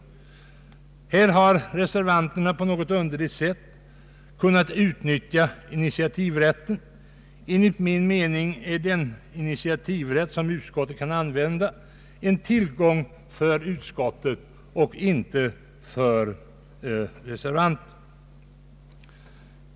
Här har reservanterna på något underligt sätt kunnat utnyttja initiativrätten. Enligt min mening är den initiativrätt som utskottet kan använda en tillgång för utskottet och inte för reservanter.